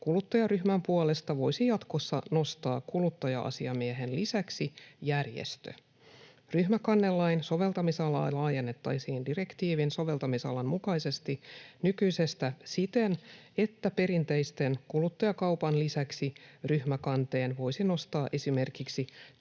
kuluttajaryhmän puolesta voisi jatkossa nostaa kuluttaja-asiamiehen lisäksi järjestö. Ryhmäkannelain soveltamisalaa laajennettaisiin direktiivin soveltamisalan mukaisesti nykyisestä siten, että perinteisen kuluttajakaupan lisäksi ryhmäkanteen voisi nostaa esimerkiksi